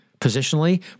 Positionally